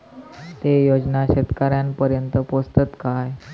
ते योजना शेतकऱ्यानपर्यंत पोचतत काय?